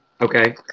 Okay